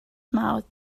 mouths